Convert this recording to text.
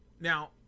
Now